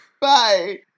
Bye